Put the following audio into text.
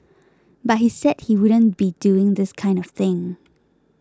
but he said he wouldn't be doing this kind of thing